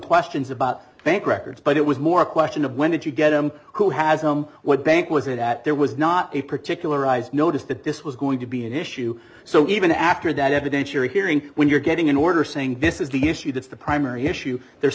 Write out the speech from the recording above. questions about bank records but it was more a question of when did you get him who has them what bank was it that there was not a particular notice that this was going to be an issue so even after that evidentiary hearing when you're getting an order saying this is the issue that's the primary issue there